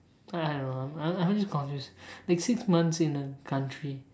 I don't know I am just confused like six months in a country